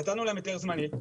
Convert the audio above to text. נתנו להם היתר זמני,